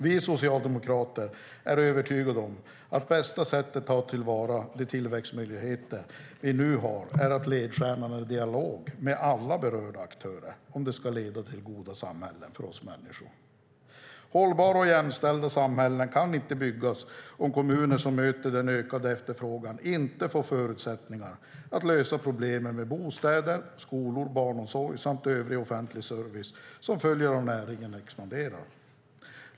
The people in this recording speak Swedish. Vi socialdemokrater är övertygade om att bästa sättet att ta till vara de tillväxtmöjligheter vi nu har är att ledstjärnan är en dialog med alla berörda aktörer om det ska leda till goda samhällen för oss människor. Hållbara och jämställda samhällen kan inte byggas om kommuner som möter den ökade efterfrågan inte får förutsättningar att lösa problemen med bostäder, skolor, barnomsorg samt övrig offentlig service som följer om näringen expanderar.